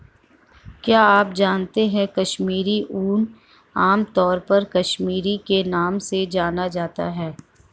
क्या आप जानते है कश्मीरी ऊन, आमतौर पर कश्मीरी के नाम से जाना जाता है?